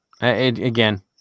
Again